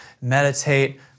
meditate